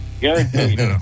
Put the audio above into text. Guaranteed